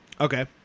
Okay